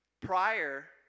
prior